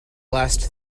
last